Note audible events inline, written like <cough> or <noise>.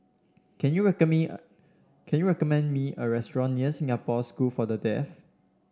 can you <unintelligible> me can you recommend me a restaurant near Singapore School for the Deaf